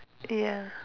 ya